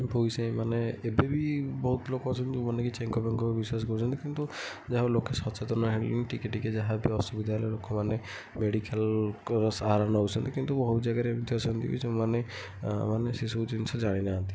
ଭୋଇ ସାହି ମାନେ ଏବେ ବି ବହୁତଲୋକ ଅଛନ୍ତି ଯୋଉମାନେ କି ଚେଙ୍କଫେଙ୍କ ବିଶ୍ୱାସ କରୁଛନ୍ତି କିନ୍ତୁ ଯାହାହେଉ ଲୋକ ସଚେତନ ହେଲେଣି ଟିକେ ଟିକେ ଯାହାବି ଅସୁବିଧା ହେଲେ ଲୋକମାନେ ମେଡ଼ିକାଲ୍ର ସାହାରା ନେଉଛନ୍ତି କିନ୍ତୁ ବହୁତ ଜାଗାରେ ଏମିତି ଅଛନ୍ତି କି ଯୋଉମାନେ ମାନେ ସେସବୁ ଜିନିଷ ଜାଣିନାହାନ୍ତି